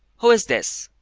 who is this?